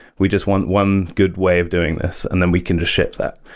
we just want one good way of doing this, and then we can just ship that.